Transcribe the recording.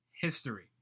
history